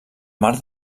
mar